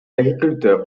agriculteurs